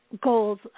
goals